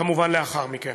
וכמובן לאחר מכן.